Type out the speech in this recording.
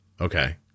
Okay